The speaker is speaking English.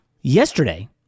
Yesterday